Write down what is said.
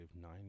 nine